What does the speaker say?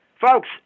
folks